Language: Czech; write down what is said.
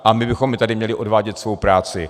A my bychom i tady měli odvádět svou práci.